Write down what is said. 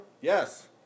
Yes